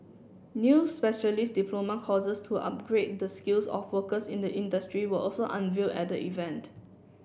new specialist diploma courses to upgrade the skills of workers in the industry were also unveil at the event